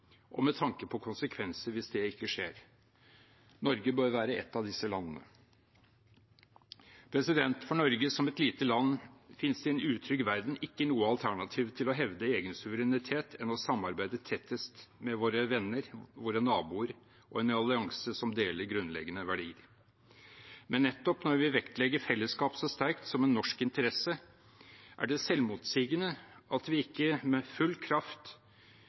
og med tanke på konsekvenser hvis det ikke skjer. Norge bør være ett av disse landene. For Norge, som et lite land, finnes det i en utrygg verden ikke noe annet alternativ til å hevde egen suverenitet enn å samarbeide tettest med våre venner, våre naboer og i en allianse som deler grunnleggende verdier. Men nettopp når vi vektlegger fellesskap så sterkt som en norsk interesse, er det selvmotsigende at vi ikke med full kraft